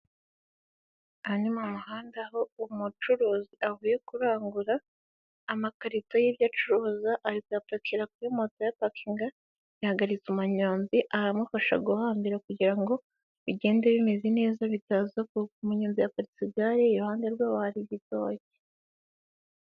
Aha ni mu muhanda, aho mucuruzi avuye kurangura amakarito y'ibyo acuruza, ahita apakira kuri moto ayapakinga, yahagaritse umunyonzi aramufasha guhambira, kugira ngo bigende bimeze neza, bitaza kugwa. Umunyonzi yaparitse igare iruhande rwabo hari igitoki.